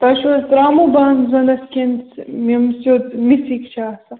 تۄہہِ چھُو حظ ترٛامو بانہٕ ضروٗرت کِنہٕ یِم مِسِک چھِ آسان